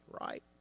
right